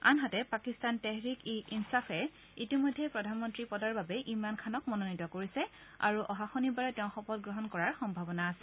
আনহাতে পাকিস্তান তেহৰিক ই ইন্সাফে ইতিমধ্যে প্ৰধানমন্ত্ৰী পদৰ বাবে ইমৰান খানক মনোনীত কৰিছে আৰু অহা শনিবাৰে তেওঁ শপত গ্ৰহণ কৰাৰ সম্ভাৱনা আছে